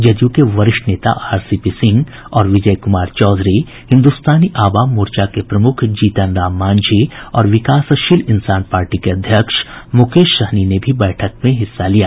जदयू के वरिष्ठ नेता आरसीपी सिंह और विजय कुमार चौधरी हिन्दुस्तानी आवाम मोर्चा के प्रमुख जीतन राम मांझी और विकासशील इंसान पार्टी के अध्यक्ष मुकेश साहनी ने भी बैठक में हिस्सा लिया